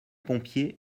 pompier